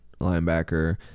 linebacker